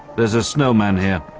there's a snowman here.